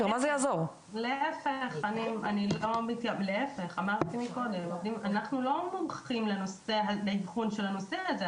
להפך, אנחנו לא מומחים לאבחון הנושא הזה.